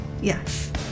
Yes